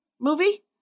movie